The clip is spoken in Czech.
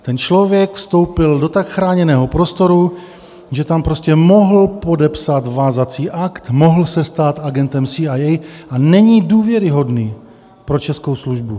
Ten člověk vstoupil do tak chráněného prostoru, že tam prostě mohl podepsat vázací akt, mohl se stát agentem CIA a není důvěryhodný pro českou službu.